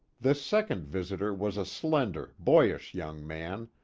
this second visitor was a slender, boyish young man,